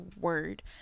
word